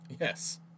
Yes